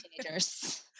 teenagers